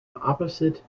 opposite